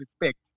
respect